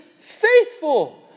faithful